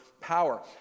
power